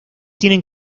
tienen